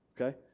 Okay